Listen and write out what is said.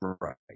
Right